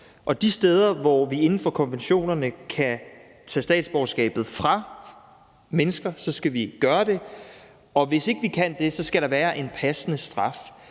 Og de steder, hvor vi inden for konventionerne kan tage statsborgerskabet fra mennesker, skal vi gøre det, og hvis ikke vi kan det, skal der være en passende straf.